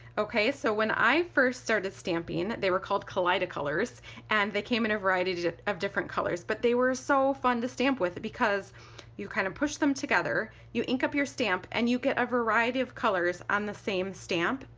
okay so when i first started stamping they were called kaleidacolors and they came in a variety of different colors but they were so fun to stamp with because you kind of push them together, you ink up your stamp and you get a variety of colors on the same stamp.